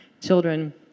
children